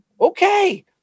Okay